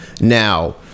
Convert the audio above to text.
Now